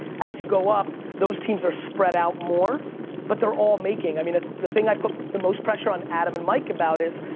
as you go up those teams are spread out more, but they're all making. i mean the thing i put the most pressure on adam and mike about is,